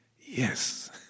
Yes